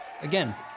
Again